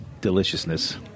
deliciousness